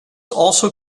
also